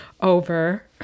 over